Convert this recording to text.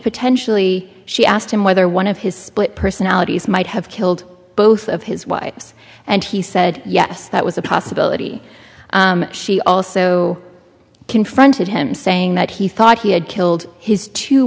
potentially she asked him whether one of his split personalities might have killed both of his wives and he said yes that was a possibility she also confronted him saying that he thought he had killed his two